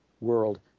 world